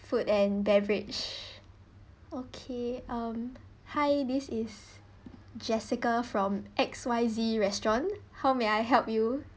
food and beverage okay um hi this is jessica from X_Y_Z restaurant how may I help you